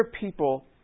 people